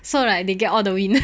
so right they get all the wind